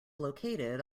located